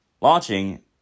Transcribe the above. launching